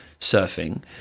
surfing